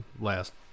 last